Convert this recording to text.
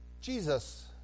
Jesus